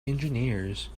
engineers